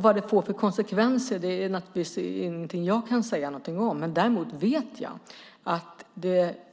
Vad det får för konsekvenser är naturligtvis ingenting som jag kan säga någonting om. Däremot vet jag att